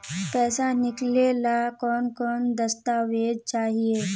पैसा निकले ला कौन कौन दस्तावेज चाहिए?